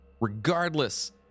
Regardless